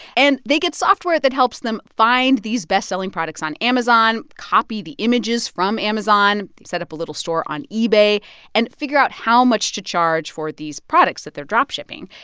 and they get software that helps them find these best-selling products on amazon, copy the images from amazon, set up a little store on ebay and figure out how much to charge for these products that they're drop shipping.